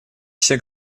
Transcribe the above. все